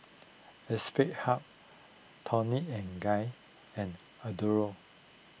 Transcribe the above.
Aspire Hub Toni and Guy and Adore